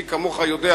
מי כמוך יודע,